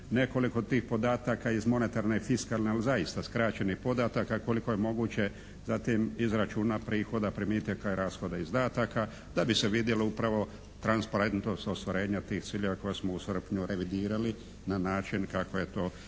nekoliko tih podataka iz monetarne i fiskalne, ali zaista skraćenih podataka koliko je moguće, zatim izračuna prihoda, primitaka i rashoda izdataka da bi se vidjelo upravo transparentnost ostvarenja tih ciljeva koje smo u srpnju revidirali na način kako je to